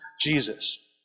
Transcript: Jesus